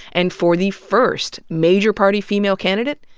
and for the first major-party female candidate?